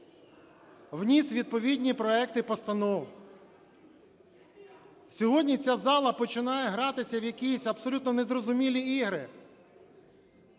вніс відповідні проекти постанов. Сьогодні ця зала починає гратися в якісь абсолютно незрозумілі